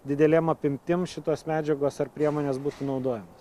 didelėm apimtim šitos medžiagos ar priemonės bus naudojamos